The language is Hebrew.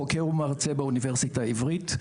חוקר ומרצה באוניברסיטה העברית,